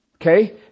Okay